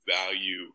value